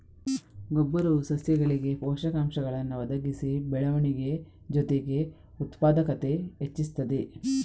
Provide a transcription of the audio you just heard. ಗೊಬ್ಬರವು ಸಸ್ಯಗಳಿಗೆ ಪೋಷಕಾಂಶಗಳನ್ನ ಒದಗಿಸಿ ಬೆಳವಣಿಗೆ ಜೊತೆಗೆ ಉತ್ಪಾದಕತೆ ಹೆಚ್ಚಿಸ್ತದೆ